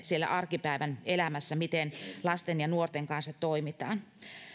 siellä arkipäivän elämässä miettimistä miten lasten ja nuorten kanssa toimitaan